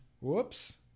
Whoops